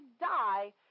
die